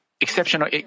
exceptional